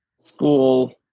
school